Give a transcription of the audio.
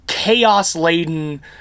chaos-laden